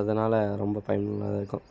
அதனால ரொம்ப பயனுள்ளாதாகருக்கும்